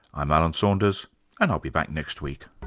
i'm alan saunders and i'll be back next week